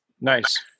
Nice